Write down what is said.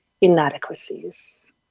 inadequacies